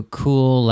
cool